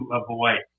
avoid